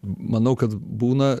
manau kad būna